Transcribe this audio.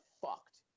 fucked